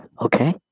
okay